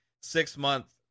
six-month